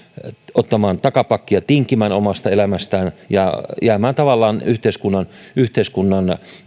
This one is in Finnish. ottamaan takapakkia tinkimään omasta elämästään ja jäämään tavallaan yhteiskunnan yhteiskunnan